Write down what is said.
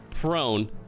prone